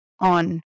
On